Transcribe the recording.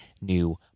new